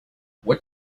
what